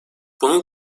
bunun